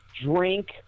drink